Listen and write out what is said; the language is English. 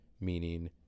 meaning